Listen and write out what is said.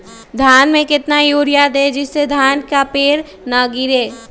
धान में कितना यूरिया दे जिससे धान का पेड़ ना गिरे?